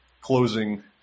closing